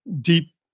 deep